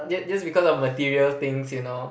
the this because of material things you know